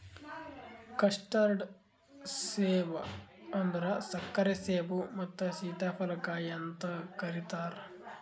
custard ಸೇಬ ಅಂದುರ್ ಸಕ್ಕರೆ ಸೇಬು ಮತ್ತ ಸೀತಾಫಲ ಕಾಯಿ ಅಂತ್ ಕರಿತಾರ್